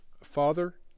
father